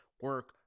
Work